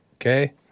okay